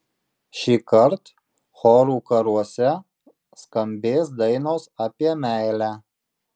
šįkart chorų karuose skambės dainos apie meilę